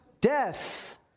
death